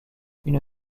une